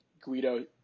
Guido